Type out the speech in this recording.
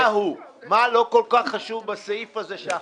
מה לא כל כך חשוב בסעיף הזה?